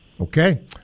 Okay